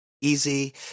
easy